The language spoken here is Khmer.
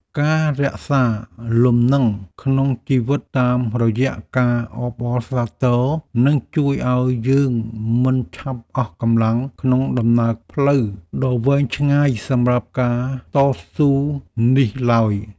ការរក្សាលំនឹងក្នុងជីវិតតាមរយៈការអបអរសាទរនឹងជួយឱ្យយើងមិនឆាប់អស់កម្លាំងក្នុងដំណើរផ្លូវដ៏វែងឆ្ងាយសម្រាប់ការតស៊ូនេះឡើយ។